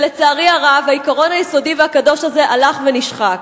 לצערי הרב, העיקרון היסודי והקדוש הזה הלך ונשחק.